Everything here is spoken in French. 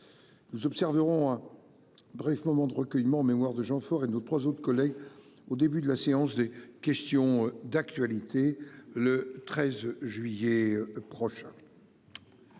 Nous observerons un bref moment de recueillement en mémoire de Jean Faure et de nos trois autres anciens collègues au début de la séance de questions d'actualité au Gouvernement du 13 juillet prochain.